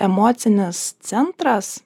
emocinis centras